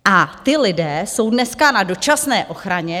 A ti lidé jsou dneska na dočasné ochraně.